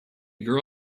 young